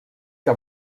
que